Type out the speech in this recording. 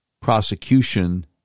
prosecution